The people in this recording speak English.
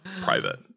private